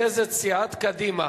מרכזת סיעת קדימה.